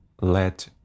let